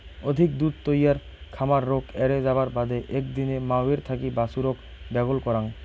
অধিক দুধ তৈয়ার খামার রোগ এ্যারে যাবার বাদে একদিনে মাওয়ের থাকি বাছুরক ব্যাগল করাং